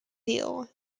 deal